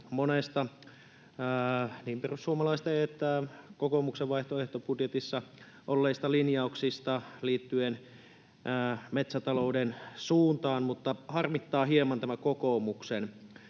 monesta niin perussuomalaisten kuin kokoomuksen vaihtoehtobudjetissa olleesta linjauksesta liittyen metsätalouden suuntaan, mutta harmittaa hieman tämä kokoomuksen